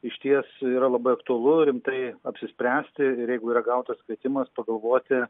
išties yra labai aktualu rimtai apsispręsti ir jeigu yra gautas kvietimas pagalvoti